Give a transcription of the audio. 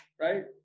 right